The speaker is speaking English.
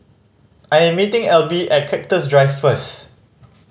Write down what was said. I am meeting Elby at Cactus Drive first